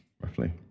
roughly